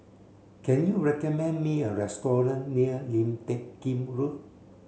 can you recommend me a restaurant near Lim Teck Kim Road